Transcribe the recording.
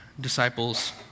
disciples